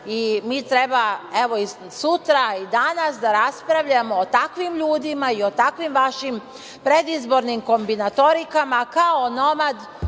i mi treba, evo sutra i danas da raspravljamo o takvim ljudima i o takvim vašim predizbornim kombinatorikama, kao onomad